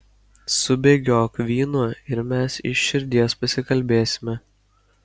subėgiok vyno ir mes iš širdies pasikalbėsime